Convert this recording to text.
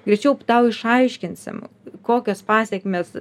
greičiau tau išaiškinsim kokios pasekmės